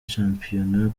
shampiyona